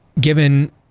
given